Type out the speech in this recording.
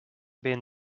been